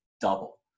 double